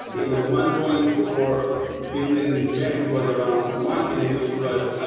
you know one point four billion back. it was around one billion people but